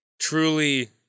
truly